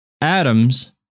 atoms